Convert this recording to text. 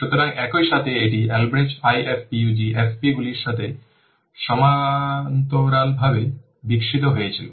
সুতরাং একই সাথে এটি Albrecht IFPUG FP গুলির সাথে সমান্তরালভাবে বিকশিত হয়েছিল